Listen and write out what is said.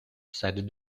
said